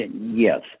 yes